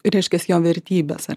reiškias jo vertybes ar